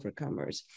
overcomers